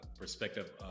perspective